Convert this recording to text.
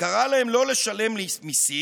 וקרא להם לא לשלם מיסים